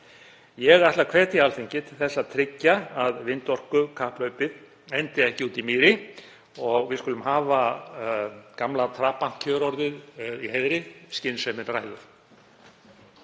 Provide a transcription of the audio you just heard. Ég ætla að hvetja Alþingi til að tryggja að vindorkukapphlaupið endi ekki úti í mýri. Við skulum hafa gamla Trabant-kjörorðið í heiðri: Skynsemin ræður.